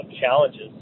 challenges